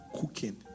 cooking